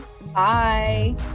Bye